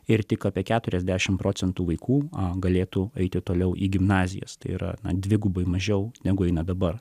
ir tik apie keturiasdešimt procentų vaikų a galėtų eiti toliau į gimnazijas tai yra dvigubai mažiau negu eina dabar